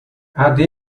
aden